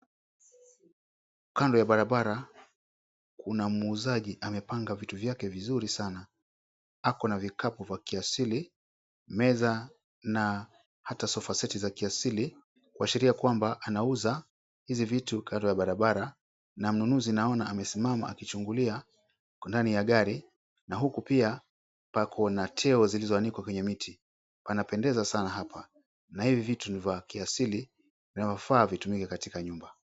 Kando ya barabara kuna muuzaji amepanga vitu vyake vizuri sana ako na vikapu vya kiasili meza na hata sofaseti za kiasili kuashiria kwamba anauza hizi vitu kando ya barabara na mnunuzi naona amesimama akichungulia kwa ndani ya gari na huku pia wako na teo zilizoanikwa kwenye miti wanapendeza sana hapa, na hivi vitu ni vya kiasili vinavyofaa vitumike katika nyumba